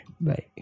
bye